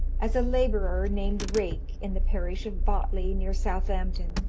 as a labourer, named rake, in the parish of botley, near southampton,